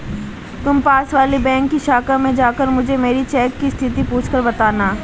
तुम पास वाली बैंक की शाखा में जाकर मुझे मेरी चेक की स्थिति पूछकर बताना